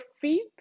feet